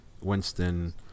Winston